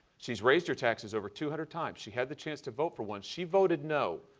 she's raised your taxes over two hundred times. she had the chance to vote for one. she voted no.